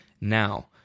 Now